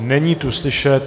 Není tu slyšet.